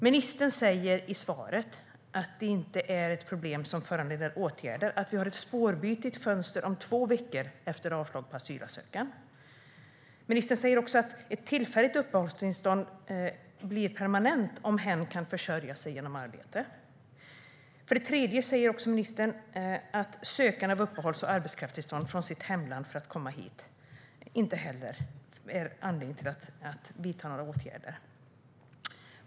Ministern säger i svaret att det inte är ett problem som föranleder åtgärder att vi har ett spårbyte i ett fönster under två veckor efter avslag på asylansökan. Ministern säger att ett tillfälligt uppehållstillstånd blir permanent om hen kan försörja sig genom arbete. Ministern säger också att sökande av uppehålls och arbetskraftstillstånd från hemlandet för att komma hit inte heller utgör anledning att vidta några åtgärder.